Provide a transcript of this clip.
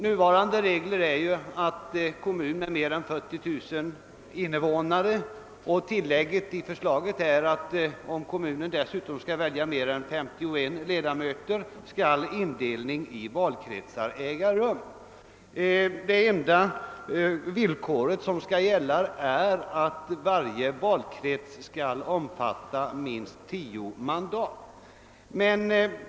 Nuvarande regel innebär att kommun med mer än 40 000 invånare skall indelas i valkretsar, och tillägget i förslaget går ut på att valkretsindelning skall göras också när kommunen skall välja mer än 51 ledamöter. Det enda villkoret är att varje valkrets skall omfatta minst 10 mandat.